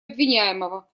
обвиняемого